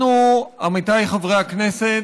אנחנו, עמיתיי חברי הכנסת,